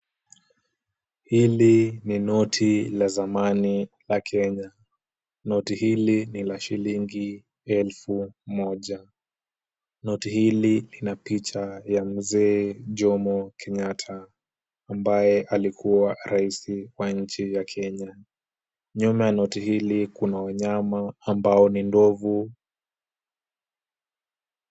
Hili ni noti la zamani la Kenya. Noti hili ni la shilingi elfu moja. Noti hili lina picha ya mzee Jomo Kenyatta, ambaye alikuwa rais wa nchi ya Kenya. Nyuma ya noti hili kuna wanyama ambao ni ndovu.